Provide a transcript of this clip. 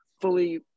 fully